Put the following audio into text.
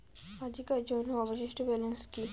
আজিকার জন্য অবশিষ্ট ব্যালেন্স কি?